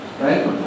Right